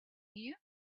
here